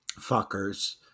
fuckers